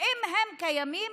ואם הן קיימות,